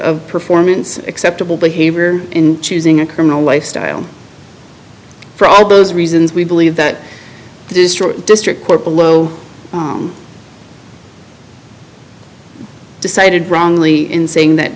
of performance acceptable behavior in choosing a criminal lifestyle for all those reasons we believe that to destroy district court below decided wrongly in saying that